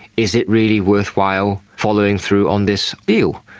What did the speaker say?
is it really worthwhile following through on this deal?